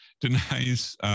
denies